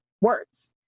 words